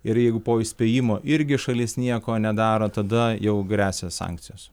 ir jeigu po įspėjimo irgi šalis nieko nedaro tada jau gresia sankcijos